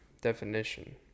definition